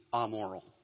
amoral